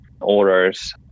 orders